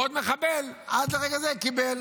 בעוד שמחבל עד לרגע זה קיבל?